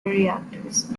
reactors